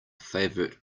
favorite